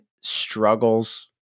struggles